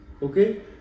Okay